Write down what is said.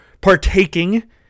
partaking